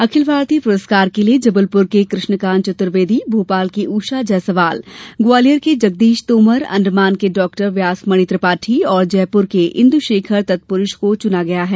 अखिल भारतीय पुरस्कार के लिए जबलपुर के कृष्णकांत चतर्वेदी भोपाल की उषा जायसवाल ग्वालियर के जगदीश तोमर अण्डमान के डॉक्टर व्यासमणी त्रिपाठी और जयपुर के इन्दुशेखर तत्तपुरूष को च्चना गया है